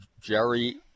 Jerry